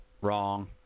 Wrong